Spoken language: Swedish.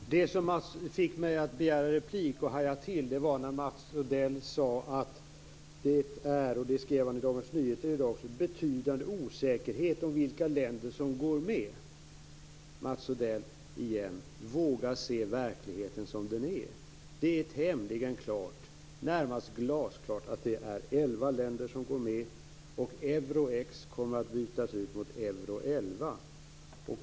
Fru talman! Det som fick mig att begära replik och haja till var när Mats Odell sade, och det skrev han också i Dagens Nyheter i dag, att det råder betydande osäkerhet om vilka länder som går med. Våga se verkligheten som den är, Mats Odell. Det är tämligen klart, närmast glasklart, att det är elva länder som går med. Euro-X kommer att bytas ut mot Euro-11.